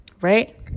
Right